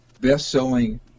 Best-selling